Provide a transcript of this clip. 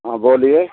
हँ बोलिए